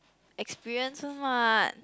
experiences [what]